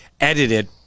edited